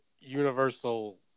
universal